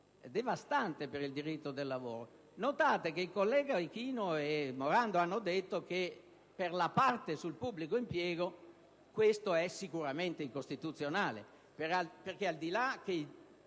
devastante per il diritto del lavoro. Notate che i colleghi Ichino e Morando hanno detto che, per quanto riguarda il pubblico impiego, ciò è sicuramente incostituzionale,